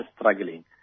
struggling